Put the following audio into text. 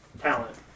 Talent